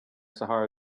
sahara